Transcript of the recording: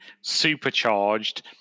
supercharged